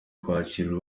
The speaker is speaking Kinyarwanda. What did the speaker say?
kwakira